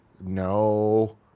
no